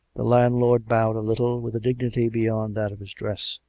the landlord bowed a little, with a dignity beyond that of his dress.